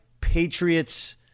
Patriots